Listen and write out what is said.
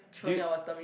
do you